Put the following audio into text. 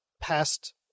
past